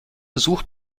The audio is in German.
sucht